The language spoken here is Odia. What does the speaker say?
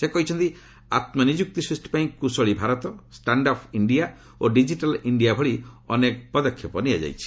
ସେ କହିଛନ୍ତି ଆତ୍କନିଯୁକ୍ତି ସୃଷ୍ଟି ପାଇଁ କୃଶଳୀ ଭାରତ ଷ୍ଟାଣ୍ଡ୍ ଅପ୍ ଇଣ୍ଡିଆ ଓ ଡିକିଟାଲ୍ ଇଣ୍ଡିଆ ଭଳି ଅନେକ ପଦକ୍ଷେପ ନିଆଯାଇଛି